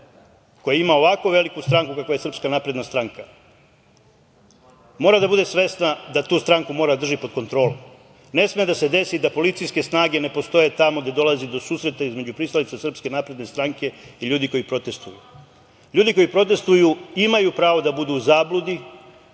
koja ima ovako veliku stranku kakva je SNS, mora da bude svesna da tu stranku mora da drži pod kontrolom. Ne sme da se desi da policijske snage ne postoje tamo gde dolazi do susreta između pristalica SNS i ljudi koji protestuju. Ljudi koji protestuju imaju pravo da budu u zabludi,